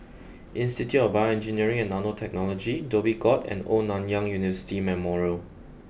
Institute of BioEngineering and Nanotechnology Dhoby Ghaut and Old Nanyang University Memorial